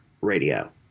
Radio